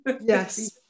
Yes